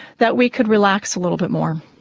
that we could relax a little bit more.